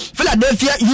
Philadelphia